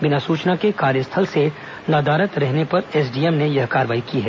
बिना सूचना के कार्यस्थल से नदारद रहने पर एसडीएम ने यह कार्रवाई की है